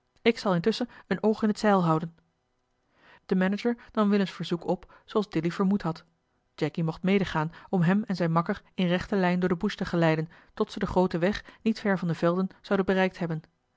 ik zal intusschen een oog in het zeil houden de manager nam willems verzoek op zooals dilly vermoed had jacky mocht mede gaan om hem en zijn makker in rechte lijn door de bush te geleiden tot ze den grooten weg niet ver van de velden zouden bereikt hebben